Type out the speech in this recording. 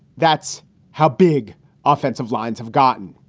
that's how big offensive lines have gotten.